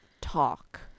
talk